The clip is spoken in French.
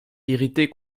irrité